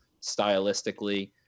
stylistically